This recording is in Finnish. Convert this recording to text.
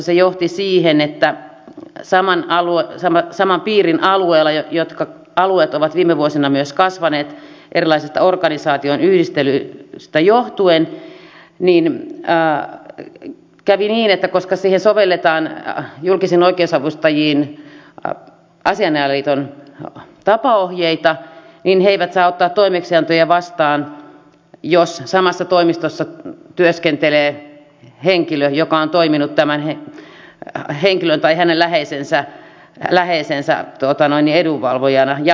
se johti siihen että saman piirin alueilla jotka alueet ovat viime vuosina myös kasvaneet erilaisista organisaatioiden yhdistelyistä johtuen kävi niin koska sovelletaan julkisiin oikeusavustajiin asianajajaliiton tapaohjeita että he eivät saa ottaa toimeksiantoja vastaan jos samassa toimistossa työskentelee henkilö joka on toiminut tämän henkilön tai hänen läheisensä edunvalvojana ja päinvastoin